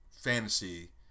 fantasy